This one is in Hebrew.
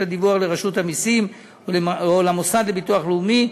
הדיווח לרשות המסים או למוסד לביטוח לאומי.